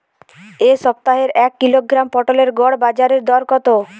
এ সপ্তাহের এক কিলোগ্রাম পটলের গড় বাজারে দর কত?